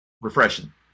refreshing